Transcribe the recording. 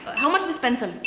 how much this pencil?